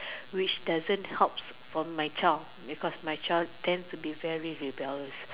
which doesn't helps for my child because my child tends to be very rebellious